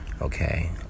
Okay